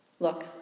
Look